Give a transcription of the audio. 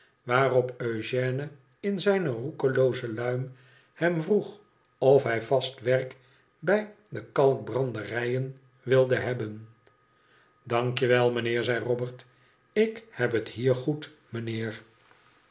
waarop eugène in zijne roekelooze luim hem vroeg of hij vast werk bij de kalkbranderijen wilde hebben daiücje meneer zei robert ilk heb het hier goed meneer